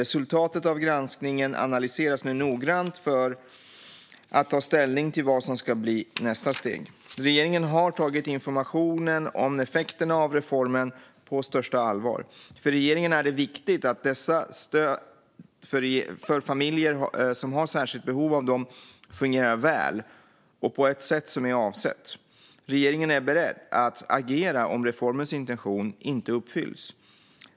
Resultatet av granskningen analyseras nu noggrant för att ta ställning till vad som ska bli nästa steg. Regeringen har tagit informationen om effekterna av reformen på största allvar. För regeringen är det viktigt att dessa stöd för familjer som har särskilt behov av dem fungerar väl och på det sätt som är avsett. Regeringen är beredd att agera om reformens intention inte uppfylls.